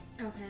Okay